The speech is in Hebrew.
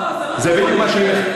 לא, זה לא נכון.